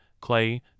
clay